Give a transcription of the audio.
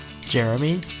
Jeremy